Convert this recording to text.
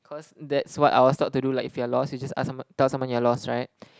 cause that's what I was taught to do like if you're lost you just ask someon~ tell someone you're lost right